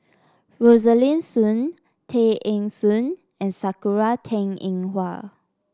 Rosaline Soon Tay Eng Soon and Sakura Teng Ying Hua